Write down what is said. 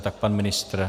Tak pan ministr.